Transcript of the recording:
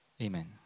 Amen